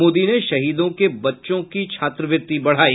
मोदी ने शहीदों के बच्चों की छात्रवृत्ति बढ़ाई